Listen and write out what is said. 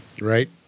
Right